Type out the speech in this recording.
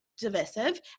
divisive